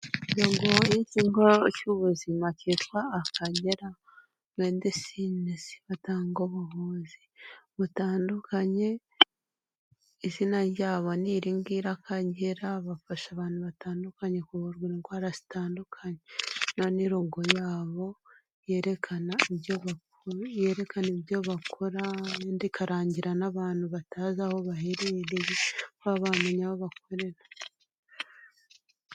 Ni ikigo cy'ubuzima kitwa Akagera Medesinezi batanga ubuvuzi butandukanye izina ryabo ni iringiri. Akagera bafasha abantu batandukanye kuvurwa indwara zitandukanye. Iriya ni rogo yabo yerekana ibyo ba yerekana ibyo bakora ikarangira n'abantu batazi aho baherereye kuba bamenya aho bakorera.